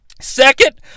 Second